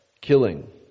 killing